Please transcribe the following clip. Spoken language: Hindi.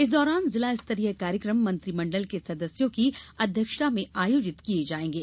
इस दौरान जिला स्तरीय कार्यक्रम मंत्रिमण्डल के सदस्यों की अध्यक्षता में आयोजित किये जाएंगे